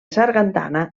sargantana